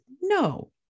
no